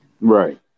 Right